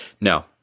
No